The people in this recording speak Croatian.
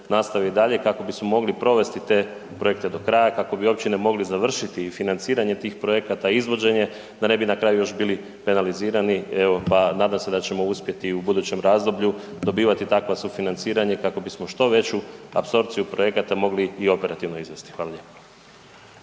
nastave i dalje kako bismo mogli provesti te projekte do kraja i kako bi općine mogli završiti i financiranje tih projekata i izvođenje, da ne bi na kraju još bili penalizirani i evo pa nadam se da ćemo uspjeti i u budućem razdoblju dobivati takva sufinanciranja kako bismo što veću apsorpciju projekata mogli i operativno izvesti. Hvala lijepo.